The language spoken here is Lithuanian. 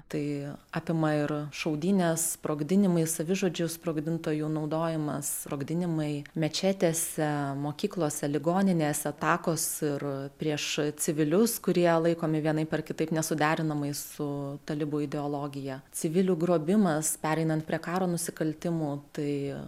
tai apima ir šaudynes sprogdinimai savižudžių sprogdintojų naudojimas sprogdinimai mečetėse mokyklose ligoninėse atakos ir prieš civilius kurie laikomi vienaip ar kitaip nesuderinamais su talibų ideologija civilių grobimas pereinant prie karo nusikaltimų tai